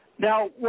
Now